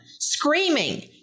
screaming